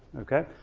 okay,